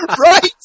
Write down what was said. Right